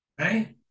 Right